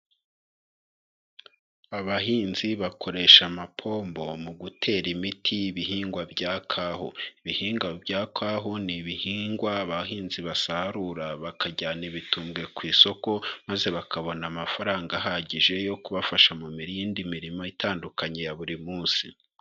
Abahinzi bakoresha amapombo mu gutera imiti ibihingwa bya kahu. Ibihingwa kahu abahinzi basarura bakajyana ibitumbwe ku isoko maze bakabona amafaranga ahagije yo kubafasha mu miyindi mirimo itandukanye ya buri munsi.